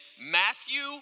Matthew